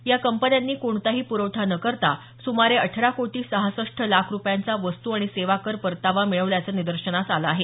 या कंपन्यांनी कोणताही प्रवठा न करता सुमारे अठरा कोटी सहासष्ट लाख रुपयांचा वस्तू आणि सेवा कर परतावा मिळवल्याचं निदर्शनास आलं आहे